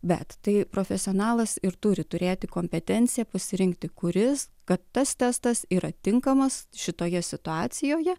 bet tai profesionalas ir turi turėti kompetenciją pasirinkti kuris kad tas testas yra tinkamas šitoje situacijoje